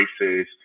races